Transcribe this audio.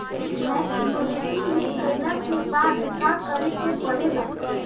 Maturity भईला के बाद का करे के पड़ेला?